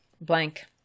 blank